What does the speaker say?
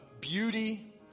beauty